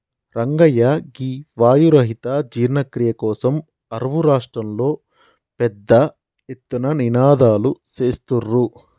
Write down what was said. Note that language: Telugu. రంగయ్య గీ వాయు రహిత జీర్ణ క్రియ కోసం అరువు రాష్ట్రంలో పెద్ద ఎత్తున నినాదలు సేత్తుర్రు